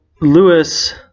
Lewis